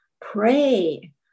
pray